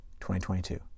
2022